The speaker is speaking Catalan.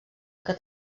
que